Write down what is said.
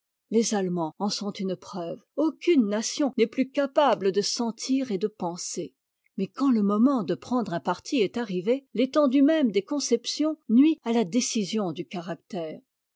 les allemands en sont une preuve aucune nation n'est plus capable de sentir et de penser mais quand le moment de prendre un parti est arrivé l'étendue même des conceptions nuit à la décision du caractère